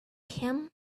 him